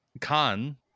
con